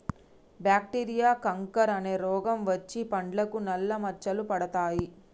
bacteria canker అనే రోగం వచ్చి పండ్లకు నల్ల మచ్చలు పడతాయి